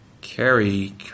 Carrie